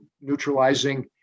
neutralizing